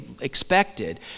expected